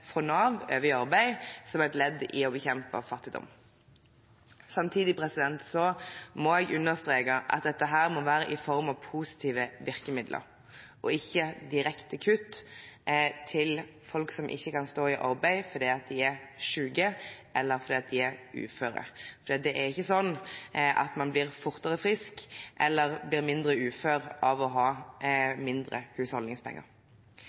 fra Nav, over i arbeid som et ledd i å bekjempe fattigdom. Samtidig må jeg understreke at dette må være i form av positive virkemidler og ikke direkte kutt til folk som ikke kan stå i arbeid fordi de er syke eller uføre. Det er ikke sånn at man blir fortere frisk eller mindre ufør av å ha mindre husholdningspenger.